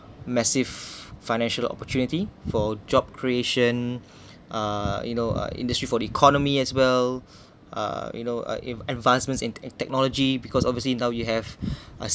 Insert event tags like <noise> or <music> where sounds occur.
massive financial opportunity for job creation <breath> uh you know uh industry for economy as well <breath> uh you know uh an advancements in in technology because of the see indulge you have <breath> uh